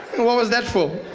and what was that for?